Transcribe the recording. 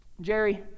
Jerry